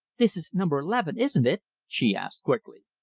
this is number eleven, isn't it? she asked quickly.